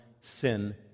sin